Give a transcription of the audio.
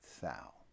Thou